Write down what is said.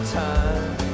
time